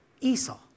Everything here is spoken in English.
Esau